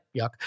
yuck